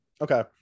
Okay